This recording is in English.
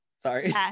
Sorry